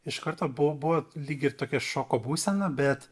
iš karto bu buvo lyg ir tokia šoko būsena bet